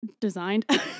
designed